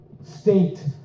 state